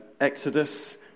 Exodus